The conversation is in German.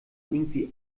irgendwie